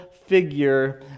figure